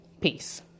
Peace